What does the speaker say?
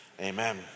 amen